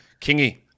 Kingy